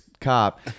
cop